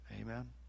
Amen